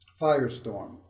firestorm